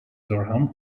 durham